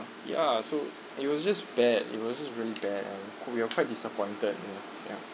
ya so it was just bad it was just really bad uh q~ we are quite dissapointed mm yup